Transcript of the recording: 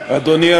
אדוני.